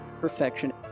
perfection